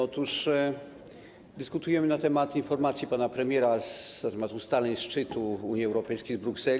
Otóż dyskutujemy na temat informacji pana premiera na temat ustaleń szczytu Unii Europejskiej w Brukseli.